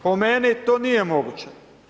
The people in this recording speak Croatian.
Po meni to nije moguće.